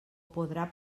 podrà